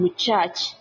church